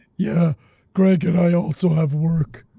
yeah gregg an i also have work.